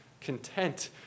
Content